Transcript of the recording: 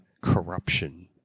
corruption